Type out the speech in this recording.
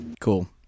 cool